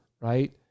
right